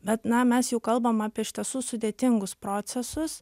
bet na mes jau kalbam apie iš tiesų sudėtingus procesus